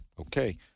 okay